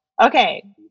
Okay